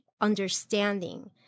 understanding